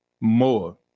more